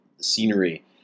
scenery